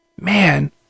man